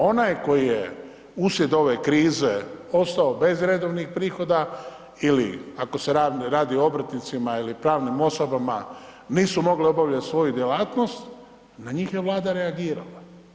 Onaj koji je uslijed ove krize ostao bez redovnih prihoda ili ako se radi o obrtnicima ili pravnim osobama, nisu mogle obavljati svoju djelatnost, na njih je Vlada reagirala.